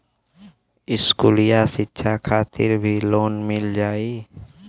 इस्कुली शिक्षा खातिर भी लोन मिल जाई?